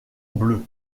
bleu